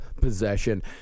possession